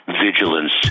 vigilance